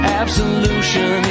absolution